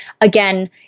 Again